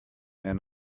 and